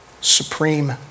supreme